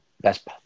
best